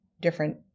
different